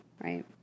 right